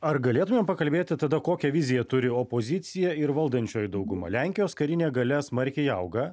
ar galėtumėm pakalbėti tada kokią viziją turi opozicija ir valdančioji dauguma lenkijos karinė galia smarkiai auga